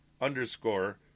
underscore